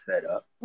setup